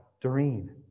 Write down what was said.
Doreen